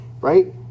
Right